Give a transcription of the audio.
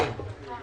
שלום רב,